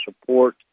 support